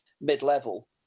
mid-level